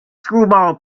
screwball